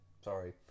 sorry